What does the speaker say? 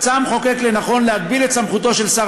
מצא המחוקק לנכון להגביל את סמכותו של שר